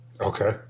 Okay